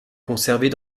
conservées